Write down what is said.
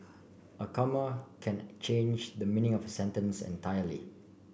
a comma can change the meaning of a sentence entirely